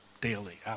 daily